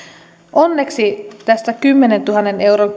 onneksi tämä kymmenentuhannen euron